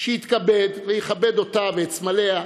שיתכבד ויכבד אותה ואת סמליה,